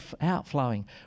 outflowing